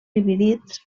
dividits